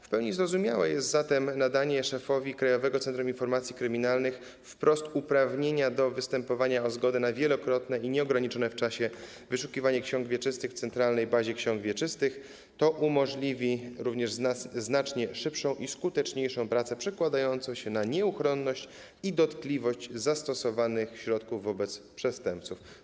W pełni zrozumiałe jest zatem nadanie szefowi Krajowego Centrum Informacji Kryminalnych wprost uprawnienia do występowania o zgodę na wielokrotne i nieograniczone w czasie wyszukiwanie ksiąg wieczystych w centralnej bazie ksiąg wieczystych, to umożliwi również znacznie szybszą i skuteczniejszą pracę przekładającą się na nieuchronność i dotkliwość zastosowanych środków wobec przestępców.